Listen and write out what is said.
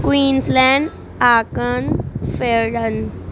Queensland ਆਕਨ ਫਿਰਅਡਨ